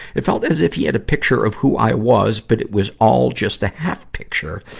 it felt as if he had a picture of who i was, but it was all just a half-picture,